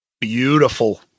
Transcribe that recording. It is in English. Beautiful